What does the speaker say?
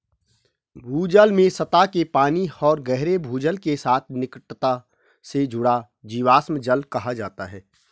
भूजल में सतह के पानी और गहरे भूजल के साथ निकटता से जुड़ा जीवाश्म जल कहा जाता है